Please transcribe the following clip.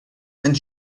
and